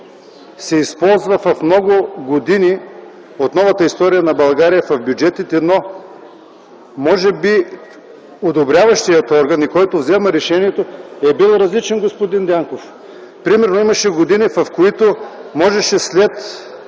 се използва много години от новата история на България в бюджетите, но може би одобряващият орган, който взема решението, е бил различен, господин Дянков. Примерно имаше години, в които можеше след